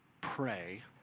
pray